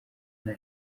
nta